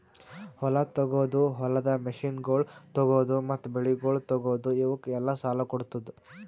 ಹೊಲ ತೊಗೋದು, ಹೊಲದ ಮಷೀನಗೊಳ್ ತೊಗೋದು, ಮತ್ತ ಬೆಳಿಗೊಳ್ ತೊಗೋದು, ಇವುಕ್ ಎಲ್ಲಾ ಸಾಲ ಕೊಡ್ತುದ್